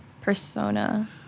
persona